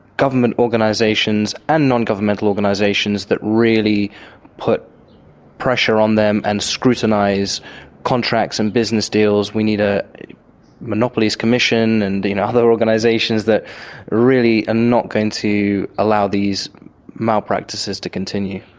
government organisations and non-governmental organisations that really put pressure on them and scrutinise contracts and business deals. we need a monopolies commission and, you know, other organisations that really are not going to allow these malpractices to continue.